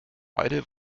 beide